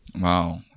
Wow